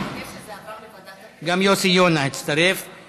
(תיקון מס' 2) (חידוש היתר לשימוש חורג ביחידת דיור),